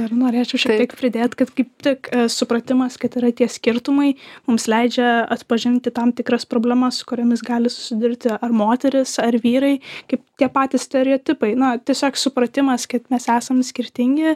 ir norėčiau šiek tiek pridėt kad kaip tik supratimas kad yra tie skirtumai mums leidžia atpažinti tam tikras problemas su kuriomis gali susidurti ar moterys ar vyrai kaip tie patys stereotipai na tiesiog supratimas kad mes esam skirtingi